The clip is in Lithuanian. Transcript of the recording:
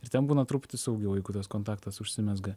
ir ten būna truputį saugiau jeigu toks kontaktas užsimezga